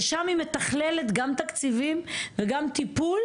ששם היא מתכללת גם תקציבים וגם טיפול